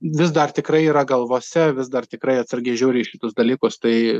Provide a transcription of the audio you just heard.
vis dar tikrai yra galvose vis dar tikrai atsargiai žiūri į šitus dalykus tai